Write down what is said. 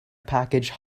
package